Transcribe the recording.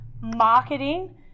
marketing